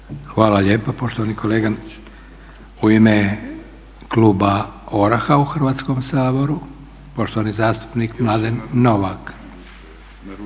Hvala lijepa poštovani kolega. U ime kluba OraH-a u Hrvatskom saboru poštovani zastupnik Mladen Novak.